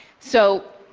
so,